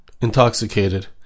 intoxicated